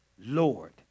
Lord